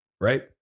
Right